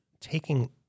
taking